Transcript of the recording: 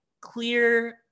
clear